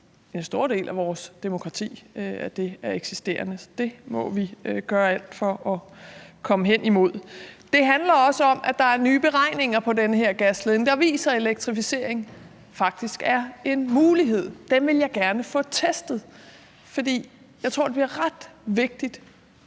en stor del af vores demokrati, at den er eksisterende, så det må vi gøre alt for at arbejde hen imod. Det handler også om, at der er nye beregninger på den her gasledning, der viser, at elektrificering faktisk er en mulighed, og den vil jeg gerne have testet. For jeg tror, det er ret vigtigt